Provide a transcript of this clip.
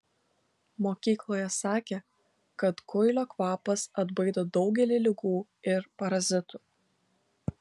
mokykloje sakė kad kuilio kvapas atbaido daugelį ligų ir parazitų